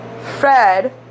Fred